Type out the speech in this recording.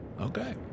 Okay